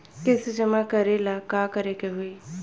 किस्त जमा करे ला का करे के होई?